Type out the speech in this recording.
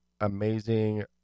amazing